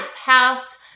house